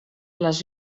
les